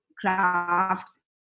crafts